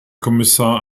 kommissar